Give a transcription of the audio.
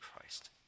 Christ